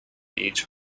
each